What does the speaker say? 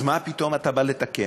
אז מה פתאום אתה בא לתקן?